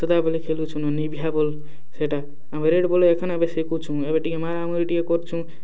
ସଦାବେଲେ ଖେଲୁଛୁଁ ନ ନିଭିଆ ବଲ୍ ସେଟା ଆମେ ରେଡ଼୍ ବଲ୍ ଏଖାନ୍ ଏବେ ଶିଖୁଛୁଁ ଏବେ ଟିକେ ମାରାମୁରି ଟିକେ କରୁଛୁଁ